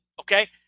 okay